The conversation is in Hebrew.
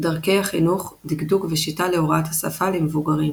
דרכי החינוך – דקדוק ושיטה להוראת השפה למבוגרים